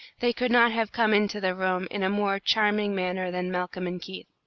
they could not have come into the room in a more charming manner than malcolm and keith.